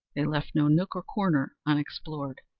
they left no nook or corner unexplored.